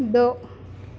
دو